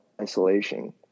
isolation